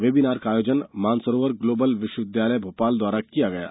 webinar का आयोजन Mansarovar Global विश्वविद्यालय भोपाल द्वारा किया गया था